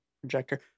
projector